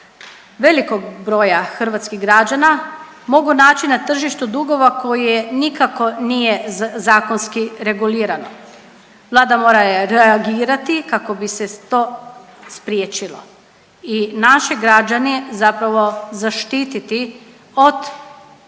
velikog broja hrvatskih građana mogu naći na tržištu dugova koje nikako nije zakonski regulirano. Vlada mora reagirati kako bi se to spriječilo i naši građani zapravo zaštititi od zapravo